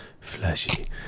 Flashy